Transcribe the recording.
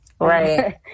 Right